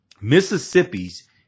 Mississippi's